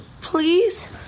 Please